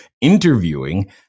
interviewing